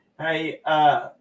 Hey